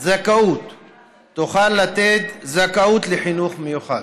זכאות תוכל לתת זכאות לחינוך מיוחד.